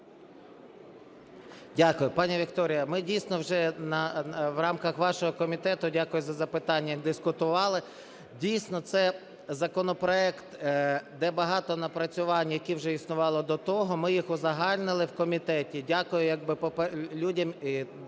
Дякую. Пані Вікторія, ми, дійсно, вже в рамках вашого комітету, дякую за запитання, дискутували. Дійсно, це законопроект, де багато напрацювань, які вже існували до того, ми їх узагальнили в комітеті. Дякую людям,